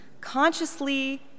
consciously